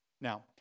Now